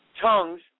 tongues